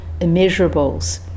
immeasurables